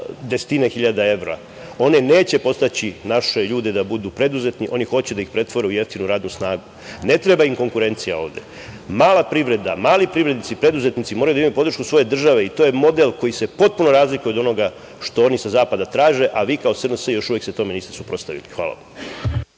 desetine hiljada evra podstaći naše ljude da budu preduzetni, oni hoće da ih pretvore u jeftinu radnu snagu. Ne treba im konkurencija ovde. Mala privreda, mali privrednici, preduzetnici, moraju da imaju podršku svoje države i to je model koji se potpuno razlikuje od onoga što oni sa zapada traže a vi kao SNS još uvek se tome niste suprotstavili. Hvala.